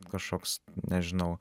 kažkoks nežinau